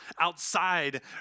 outside